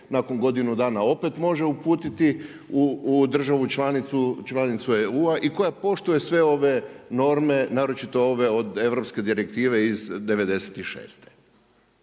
nakon godinu dana opet može uputiti u državu članicu EU-a i koja poštuje sve ove norme naročito ove od europske direktive iz '96.